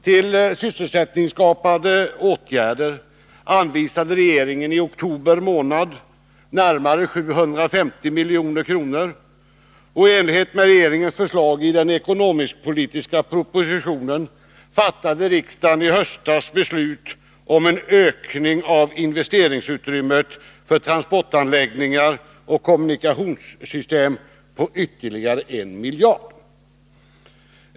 Till sysselsättningsskapande åtgärder anvisade regeringen i oktober förra året närmare 750 milj.kr., och i enlighet med regeringens förslag i den ekonomisk-politiska propositionen fattade riksdagen i höstas beslut om en ökning av investeringsutrymmet för transportanläggningar och kommunikationssystem på ytterligare 1 miljard.